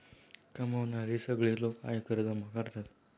कमावणारे सगळे लोक आयकर जमा करतात